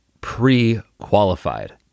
pre-qualified